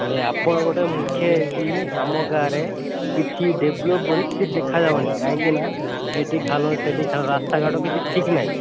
ନାଇଁ ଆପଣ ଗୋଟେ ମୁଖିଆ ହେଇକି ଆମ ଗାଁରେ କିଛି ଡେଭଲପ ବୋଲି କିଛି ଦେଖା ଯାଉନି କାହିଁକିନା ଏଠି ଖାଲ ସେଠି ରାସ୍ତା ଘାଟ କିଛି ଠିକ ନାହିଁ